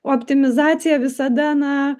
optimizacija visada na